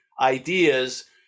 ideas